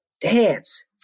dance